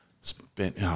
spent